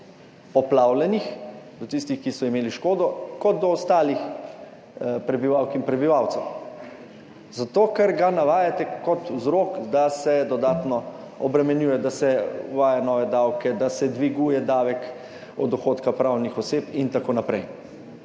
do poplavljenih, do tistih, ki so imeli škodo, kot do ostalih prebivalk in prebivalcev. Zato ker ga navajate kot vzrok, da se dodatno obremenjuje, da se uvaja nove davke, da se dviguje davek od dohodka pravnih oseb in tako naprej.